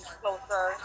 closer